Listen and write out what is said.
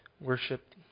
worship